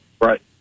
Right